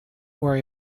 worry